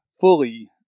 fully